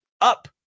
up